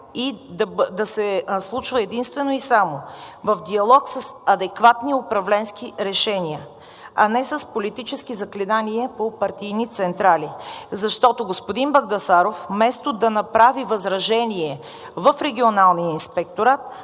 и да се случва единствено и само в диалог с адекватни управленски решения, а не с политически заклинания по партийни централи. Защото господин Багдасаров, вместо да направи възражение в Регионалния инспекторат,